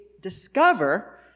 discover